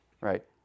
right